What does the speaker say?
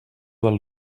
del